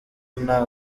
nta